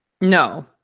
No